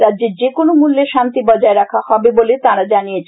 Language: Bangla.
রাজ্যে যে কোনো মূল্যে শান্তি বজায় রাখা হবে বলে তাঁরা জানিয়েছেন